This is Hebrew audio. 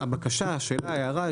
הבקשה השאלה ההערה,